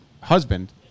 husband